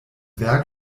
werk